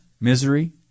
misery